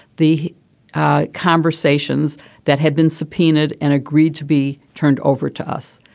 the conversations that had been subpoenaed and agreed to be turned over to us.